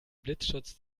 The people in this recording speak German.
blitzschutz